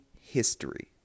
history